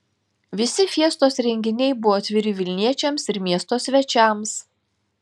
visi fiestos renginiai buvo atviri vilniečiams ir miesto svečiams